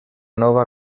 nova